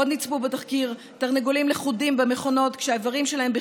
עוד נצפו בתחקיר: תרנגולים לכודים במכונות כשהאיברים שלהם,